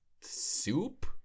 soup